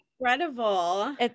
Incredible